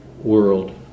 world